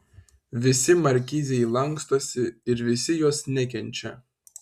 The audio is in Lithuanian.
visi markizei lankstosi ir visi jos nekenčia